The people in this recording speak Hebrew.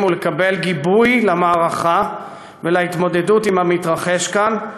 ולקבל גיבוי למערכה ולהתמודדות עם המתרחש כאן,